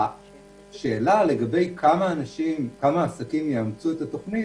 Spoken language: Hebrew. השאלה לגבי כמה עסקים יאמצו את התוכנית